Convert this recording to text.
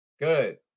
Good